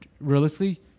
realistically